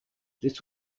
this